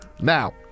Now